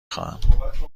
خواهم